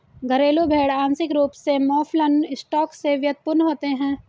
घरेलू भेड़ आंशिक रूप से मौफलन स्टॉक से व्युत्पन्न होते हैं